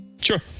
Sure